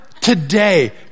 today